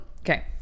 okay